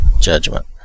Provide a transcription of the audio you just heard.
judgment